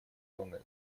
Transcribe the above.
зоны